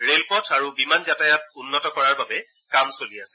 rail পথ আৰু বিমান যাতায়াত উন্নত কৰাৰ বাবে কাম চলি আছে